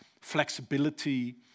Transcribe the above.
flexibility